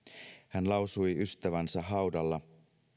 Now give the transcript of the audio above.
hän lausui ystävänsä haudalla